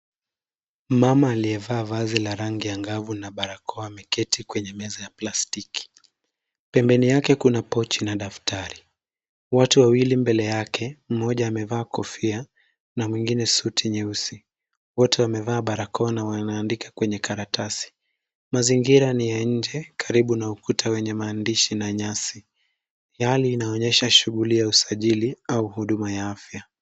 Mama aliyevaa vazi la rangi angavu na barakoa ameketi kwenye meza ya plastic . Pembeni yake kuna pochi na daftari. Watu wawili mbele yake, moja amevaa kofia na mwingine suti nyeusi. Wote wamevaa barakoa na wanaandika kwenye karatasi. Mazingira ni ya nje karibu na ukuta wenye maandishi na nyasi. Hali inaonyesha shughuli ya usajili au huduma ya afya.